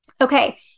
Okay